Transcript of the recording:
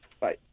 Bye